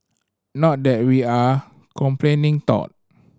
not that we are complaining though